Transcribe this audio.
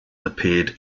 appeared